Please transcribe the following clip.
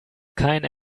keinen